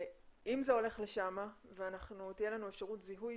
אם זה הולך לשם ותהיה לנו אפשרות זיהוי